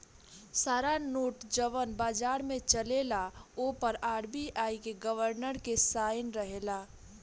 सारा नोट जवन बाजार में चलेला ओ पर आर.बी.आई के गवर्नर के साइन रहेला